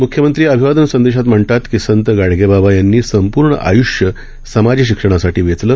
म्ख्यमंत्री अभिवादन संदेशात म्हणतात संत गाडगेबाबा यांनी संपूर्ण आय्ष्य समाज शिक्षणासाठी वेचलं